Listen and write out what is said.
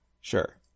Sure